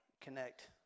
connect